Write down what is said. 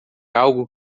algo